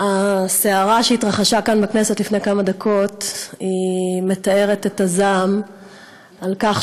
הסערה שהתרחשה כאן בכנסת לפני כמה דקות מתארת את הזעם על כך